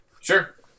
Sure